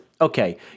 Okay